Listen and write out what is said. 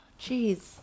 Jeez